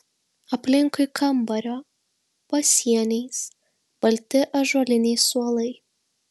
aplinkui kambario pasieniais balti ąžuoliniai suolai